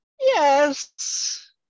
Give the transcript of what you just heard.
Yes